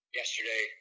yesterday